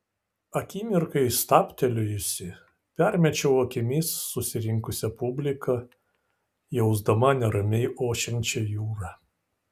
akimirkai stabtelėjusi permečiau akimis susirinkusią publiką jausdama neramiai ošiančią jūrą